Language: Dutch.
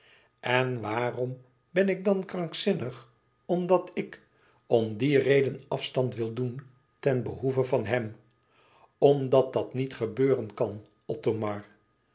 en waarom ben ik dan krankzinnig omdat ik om die reden afstand wil doen ten behoeve van hem omdat dat niet gebeuren kan